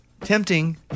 tempting